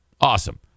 Awesome